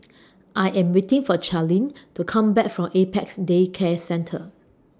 I Am waiting For Charline to Come Back from Apex Day Care Centre